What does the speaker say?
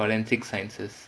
I finished forensic sciences